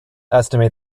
estimate